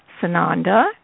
Sananda